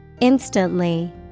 Instantly